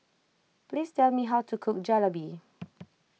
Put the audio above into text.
please tell me how to cook Jalebi